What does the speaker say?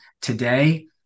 today